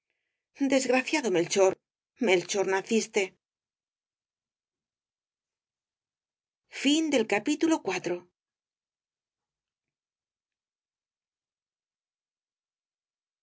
desgraciado melchor melchor naciste